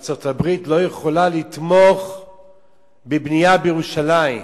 ארצות-הברית לא יכולה לתמוך בבנייה בירושלים,